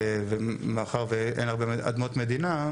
ומאחר ואין הרבה אדמות מדינה,